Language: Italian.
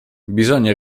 bisogna